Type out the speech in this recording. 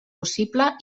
possible